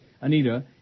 Anita